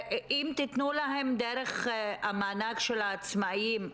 אם תתנו להם דרך המענק של העצמאים,